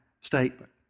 statement